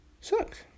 Sucks